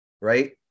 right